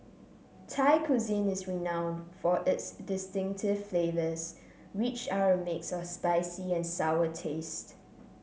Thai cuisine is renowned for its distinctive flavors which are a mix of spicy and sour taste